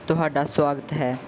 ਤੁਹਾਡਾ ਸੁਆਗਤ ਹੈ